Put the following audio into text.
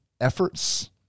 efforts